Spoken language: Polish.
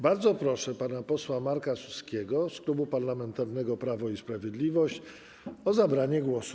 Bardzo proszę pana posła Marka Suskiego z Klubu Parlamentarnego Prawo i Sprawiedliwość o zabranie głosu.